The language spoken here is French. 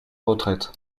retraite